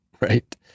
Right